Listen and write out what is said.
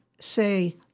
say